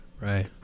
right